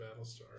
Battlestar